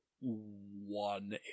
One